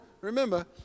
remember